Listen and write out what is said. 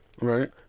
right